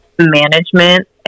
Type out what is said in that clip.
management